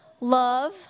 love